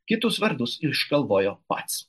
kitus vardus išgalvojo pats